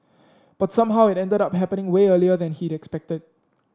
but somehow it ended up happening way earlier than he'd expected